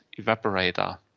evaporator